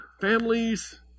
families